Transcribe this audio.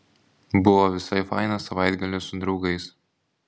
buvo visai fainas savaitgalis su draugais